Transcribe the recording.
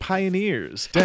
Pioneers